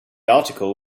article